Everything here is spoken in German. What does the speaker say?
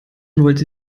wollte